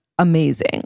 Amazing